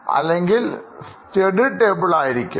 അല്ലെങ്കിൽ study table ആയിരിക്കാം